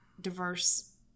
diverse